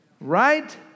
Right